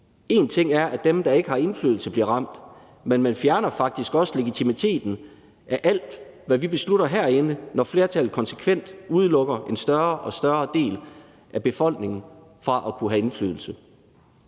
Én ting er, at dem, der ikke har indflydelse, bliver ramt, men man fjerner faktisk også legitimiteten af alt, hvad vi beslutter herinde, når flertallet konsekvent udelukker en større og større del af befolkningen fra at kunne have indflydelse.